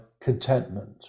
contentment